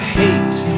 hate